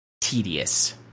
tedious